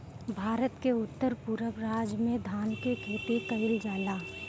भारत के उत्तर पूरब राज में धान के खेती कईल जाला